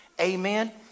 Amen